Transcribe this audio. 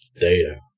data